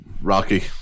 Rocky